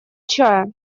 чая